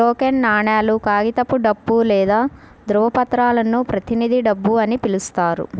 token నాణేలు, కాగితపు డబ్బు లేదా ధ్రువపత్రాలను ప్రతినిధి డబ్బు అని పిలుస్తారు